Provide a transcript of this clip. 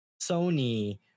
Sony